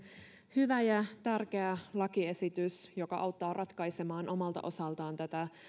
hyvä ja tärkeä lakiesitys joka auttaa ratkaisemaan omalta osaltaan tätä